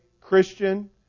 Christian